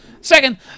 Second